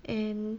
and